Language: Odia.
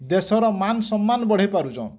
ଦେଶର ମାନ୍ ସମ୍ମାନ୍ ବଢ଼େଇ ପାରୁଛନ୍